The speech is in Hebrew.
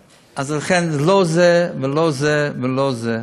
לכן, לא זה ולא זה ולא זה.